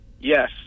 yes